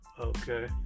Okay